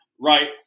Right